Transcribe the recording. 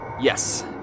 Yes